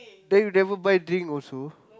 then you never buy drink also